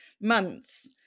months